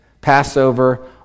Passover